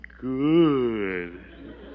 good